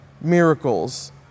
miracles